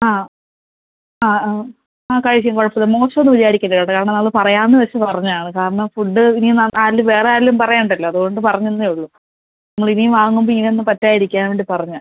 ആ ആ ആ ആ കഴിക്കും കുഴപ്പമില്ല മോശം ഒന്നും വിചാരിക്കല്ല കേട്ടോ കാരണം അത് പറയാമെന്ന് വച്ച് പറഞ്ഞതാണ് കാരണം ഫുഡ്ഡ് ഇനിയും ആരെങ്കിലും വേറെ ആരെങ്കിലും പറയേണ്ടല്ലോ അതുകൊണ്ട് പറഞ്ഞന്നെ ഉള്ളൂ ഞങ്ങൾ ഇനിയും വാങ്ങുമ്പോൾ ഇങ്ങനെ ഒന്നും പറ്റാതിരിക്കാൻ വേണ്ടി പറഞ്ഞു